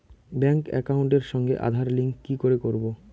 Bank একাউন্টের সঙ্গে Aadhaar link কি করে করবো?